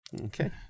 okay